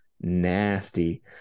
nasty